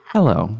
Hello